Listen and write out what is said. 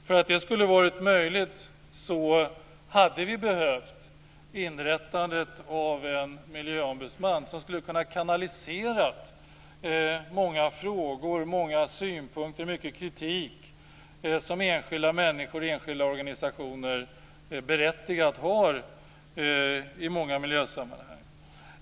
För att det skulle ha varit möjligt hade det behövt inrättas en miljöombudsman som skulle ha kunnat kanalisera många frågor och synpunkter samt mycket kritik som enskilda människor och enskilda organisationer, berättigat, i många miljösammanhang har.